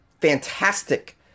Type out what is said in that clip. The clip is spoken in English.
fantastic